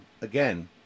Again